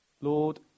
Lord